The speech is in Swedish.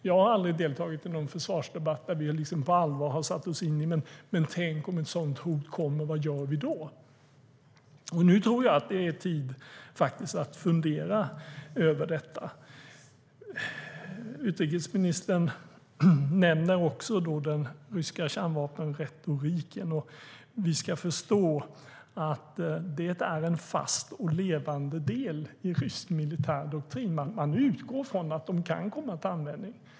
Jag har aldrig deltagit i någon försvarsdebatt där vi på allvar har satt oss in i att tänka: Om ett sådant hot kommer, vad gör vi då? Nu tror jag att det är tid att fundera över detta. Utrikesministern nämner också den ryska kärnvapenretoriken. Vi ska förstå att det är en fast och ledande del i rysk militär doktrin. Man utgår från att de kan komma till användning.